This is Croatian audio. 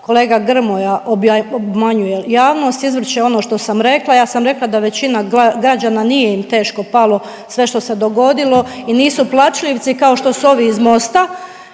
Kolega Grmoja obmanjuje javnost, izvrće ono što sam rekla. Ja sam rekla da većina građana nije im teško palo sve što se dogodilo i nisu plačljivci kao što su ovi iz Mosta